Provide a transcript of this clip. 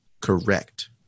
correct